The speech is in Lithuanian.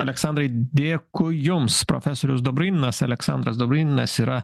aleksandrai dėkui jums profesorius dobryninas aleksandras dobryninas yra